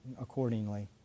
accordingly